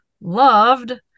loved